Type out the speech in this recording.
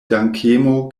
dankemo